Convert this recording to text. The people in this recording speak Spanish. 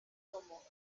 como